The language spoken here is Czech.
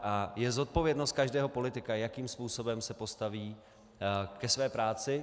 A je zodpovědností každého politika, jakým způsobem se postaví ke své práci.